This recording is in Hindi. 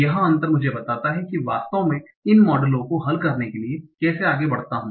यह अंतर मुझे बताता है कि मैं वास्तव में इन मॉडलों को हल करने के लिए कैसे आगे बड़ता हू